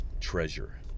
treasure